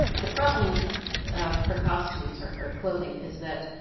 the problem with her costumes or her clothing is that